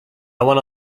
wanna